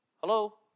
Hello